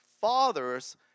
fathers